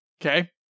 okay